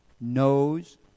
knows